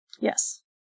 Yes